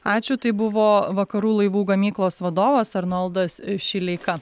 ačiū tai buvo vakarų laivų gamyklos vadovas arnoldas šileika